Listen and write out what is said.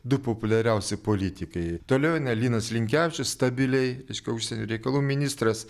du populiariausi politikai toliau eina linas linkevičius stabiliai reiškia užsienio reikalų ministras